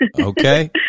Okay